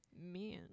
Man